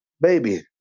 Baby